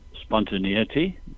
spontaneity